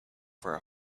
for